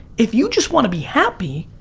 if you just want to be happy,